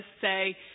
say